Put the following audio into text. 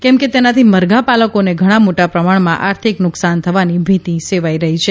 કેમ કે તેનાથી મરઘા પાલકોને ઘણા મોટા પ્રમાણમાં આર્થિક નુકશાન થવાની ભીતી સેવાઇ રહી છે